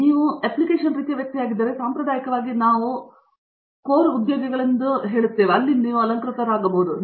ನೀವು ಅಪ್ಲಿಕೇಶನ್ ರೀತಿಯ ವ್ಯಕ್ತಿಯಾಗಿದ್ದರೆ ಸಾಂಪ್ರದಾಯಿಕವಾಗಿ ನಾವು ಕೋರ್ ಉದ್ಯೋಗಿಗಳೆಂದು ಕರೆದುಕೊಂಡು ಹೋಗುತ್ತಿದ್ದೇನೆ